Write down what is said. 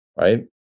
right